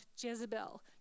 Jezebel